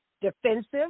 defensive